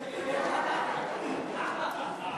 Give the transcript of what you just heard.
(תיקון, ועדת שרים לענייני חקיקה),